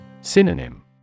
Synonym